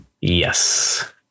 Yes